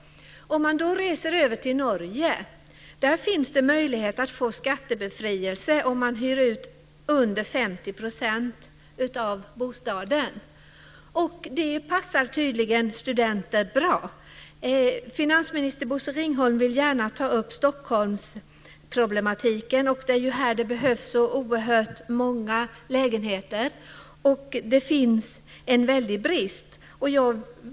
Om man reser över till Norge finns där möjlighet att få skattebefrielse om man hyr ut under 50 % av bostaden. Det passar tydligen studenter bra. Finansminister Bosse Ringholm vill gärna ta upp Stockholmsproblematiken. Det är här det behövs så oerhört många lägenheter. Det finns en väldig brist.